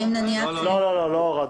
לא, לא הורדנו.